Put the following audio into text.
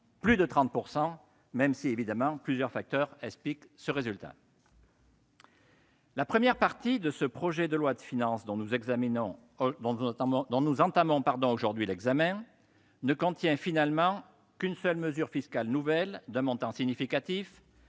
à 30 %, même si plusieurs facteurs expliquent ce résultat. La première partie de ce projet de loi de finances, dont nous entamons aujourd'hui l'examen, ne contient au bout du compte qu'une seule mesure fiscale nouvelle d'un montant significatif,